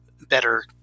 better